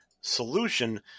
solution